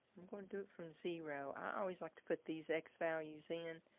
i'm going to do it from zero. i always like to put these x values in